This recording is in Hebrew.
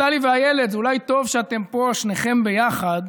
נפתלי ואילת, אולי טוב שאתם פה שניכם יחד.